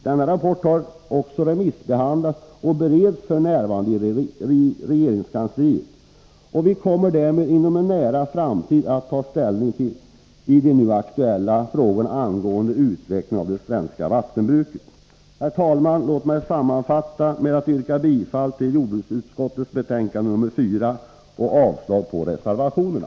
Denna rapport har också remissbehandlats och bereds f. n. i regeringskansliet. Vi kommer därmed inom en nära framtid att få ta ställning i de nu aktuella frågorna angående utveckling av det svenska vattenbruket. Herr talman! Låt mig sammanfatta med att yrka bifall till hemställan i jordbruksutskottets betänkande nr 4 och avslag på reservationerna.